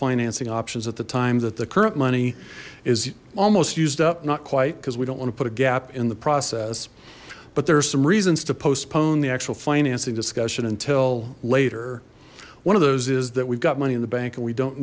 financing options at the time that the current money is almost used up not quite because we don't want to put a gap in the process but there are some reasons to postpone the actual financing discussion until later one of those is that we've got money in the bank and we don't